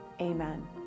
Amen